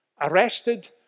Arrested